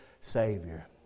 Savior